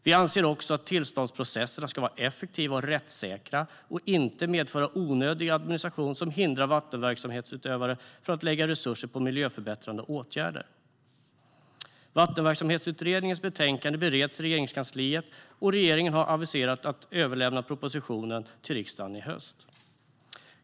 Vi anser också att tillståndsprocesserna ska vara effektiva och rättssäkra och inte medföra onödig administration som hindrar vattenverksamhetsutövare från att lägga resurser på miljöförbättrande åtgärder. Vattenverksamhetsutredningens betänkande bereds i Regeringskansliet, och regeringen har aviserat att den avser att överlämna propositionen till riksdagen i höst.